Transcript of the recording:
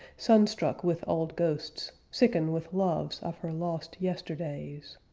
sunstruck with old ghosts, sicken with loves of her lost yesterdays.